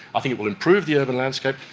i think it will improve the urban landscape,